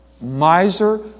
miser